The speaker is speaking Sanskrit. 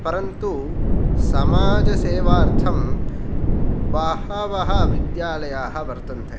परन्तु समाजसेवार्थं बहवः विद्यालयाः वर्तन्ते